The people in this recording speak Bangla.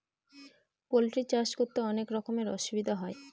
পোল্ট্রি চাষ করতে অনেক রকমের অসুবিধা হয়